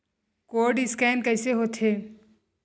Code scan कइसे होथे?